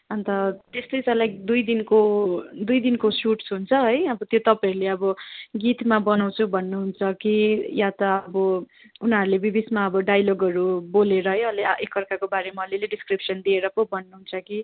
अन्त त्यस्तै छ लाइक दुई दिनको दुई दिनको सुट्स हुन्छ है अब त्यो तपाईँहरूले अब गीतमा बनाउँछु भन्नुहुन्छ कि या त अब उनीहरूले बी बिचमा अब डाइलगहरू बोलेर है अलिअलि एक अर्काको बारेमा अलिलि डिस्क्रिप्सन दिएर पो बनाउँछ कि